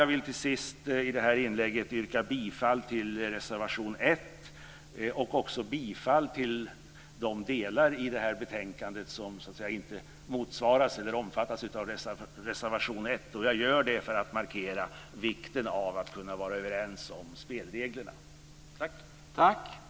Jag vill till sist i det här inlägget yrka bifall till reservation 1 och bifall till de delar av förslaget i det här betänkandet som inte omfattas av reservation 1. Jag gör detta för att markera vikten av att man kan vara överens om spelreglerna. Tack!